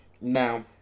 Now